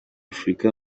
afurika